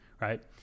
right